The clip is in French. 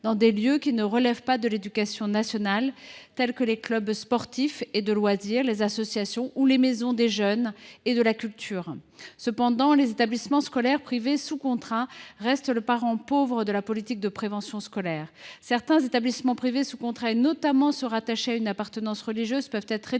dans des lieux qui ne relèvent pas de l’éducation nationale, tels que les clubs sportifs et de loisirs, les associations ou les maisons des jeunes et de la culture. Cependant, les établissements scolaires privés sous contrat restent les parents pauvres de la politique de prévention scolaire. Certains établissements privés sous contrat, notamment ceux qui sont rattachés à une appartenance religieuse, peuvent être